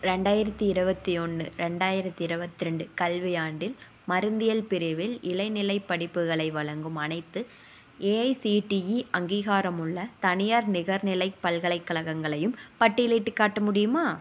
ரெண்டாயிரத்தி இருபத்தி ஒன்று ரெண்டாயிரத்தி இருபத்ரெண்டு கல்வியாண்டில் மருந்தியல் பிரிவில் இளநிலைப் படிப்புகளை வழங்கும் அனைத்து ஏஐசிடிஇ அங்கீகாரமுள்ள தனியார் நிகர்நிலை பல்கலைக்கழகங்களையும் பட்டியலிட்டுக் காட்ட முடியுமா